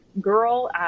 girl